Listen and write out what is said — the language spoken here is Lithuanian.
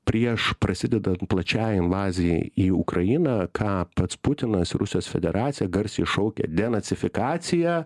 prieš prasidedant plačiai invazijai į ukrainą ką pats putinas rusijos federacija garsiai šaukia denacifikacija